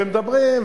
ומדברים,